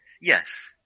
Yes